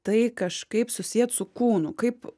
tai kažkaip susiet su kūnu kaip